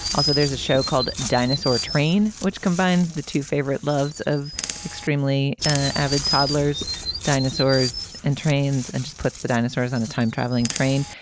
also there's a show called dinosaur train which combines the two favorite loves of extremely avid toddlers dinosaurs and trains and just puts the dinosaurs on a time travelling train.